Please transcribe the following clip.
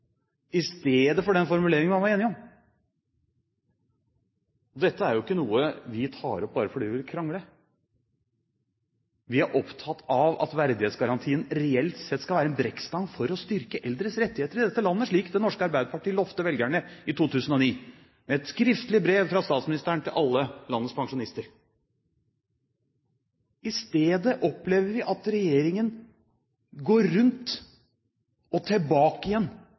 i stedet for den formuleringen man var enige om. Dette er jo ikke noe vi tar opp bare fordi vi vil krangle. Vi er opptatt av at verdighetsgarantien reelt sett skal være en brekkstang for å styrke eldres rettigheter i dette landet, slik Det norske Arbeiderparti lovet velgerne i 2009 med et skriftlig brev fra statsministeren til alle landets pensjonister. I stedet opplever vi at regjeringen går rundt og tilbake igjen